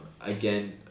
Again